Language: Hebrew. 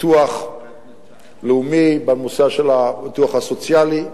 ביטוח לאומי, בנושא של הביטוח הסוציאלי,